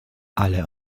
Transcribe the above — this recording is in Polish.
ale